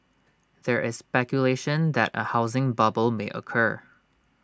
there is speculation that A housing bubble may occur